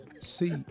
See